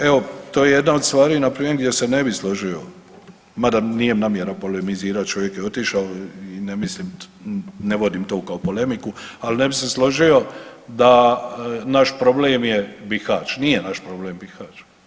Evo to je jedna od stvari npr. gdje se ne bi složio mada mi nije namjera polematizirati, čovjek je otišao i ne mislim, ne vodim to kao polemiku, ali ne bi se složio da naš problem je Bihać, nje naš problem Bihać.